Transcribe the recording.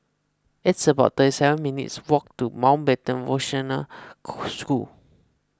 it's about thirty seven minutes' walk to Mountbatten School